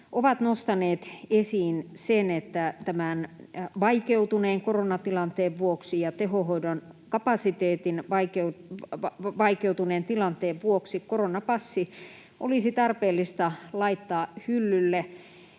ovat nostaneet esiin, että tämän vaikeutuneen koronatilanteen vuoksi ja tehohoidon kapasiteetin vaikeutuneen tilanteen vuoksi koronapassi olisi tarpeellista laittaa hyllylle,